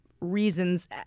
reasons